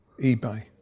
eBay